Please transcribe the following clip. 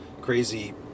crazy